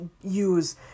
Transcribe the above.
use